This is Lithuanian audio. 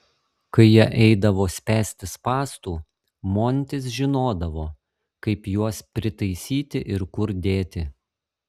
kai jie eidavo spęsti spąstų montis žinodavo kaip juos pritaisyti ir kur dėti